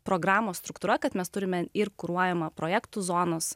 programos struktūra kad mes turime ir kuruojamą projektų zonos